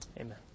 amen